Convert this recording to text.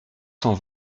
cent